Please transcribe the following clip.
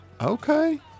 Okay